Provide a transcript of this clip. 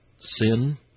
Sin